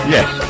Yes